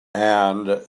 and